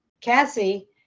Cassie